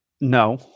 No